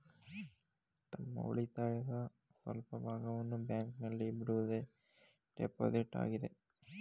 ತಮ್ಮ ಉಳಿತಾಯದ ಸ್ವಲ್ಪ ಭಾಗವನ್ನು ಬ್ಯಾಂಕಿನಲ್ಲಿ ಬಿಡುವುದೇ ಡೆಪೋಸಿಟ್ ಆಗಿದೆ